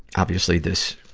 obviously this,